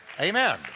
amen